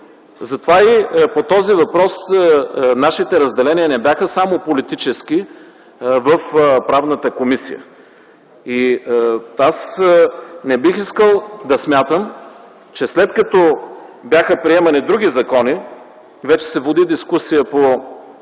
дейност. По този въпрос нашите разделения не бяха само политически в Правната комисия. Аз не бих искал да смятам, че след като бяха приемани други закони – вече се води дискусия по